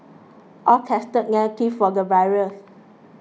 all tested negative for the virus